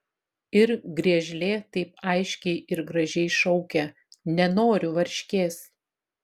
ir griežlė taip aiškiai ir gražiai šaukia nenoriu varškės